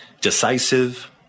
decisive